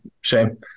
shame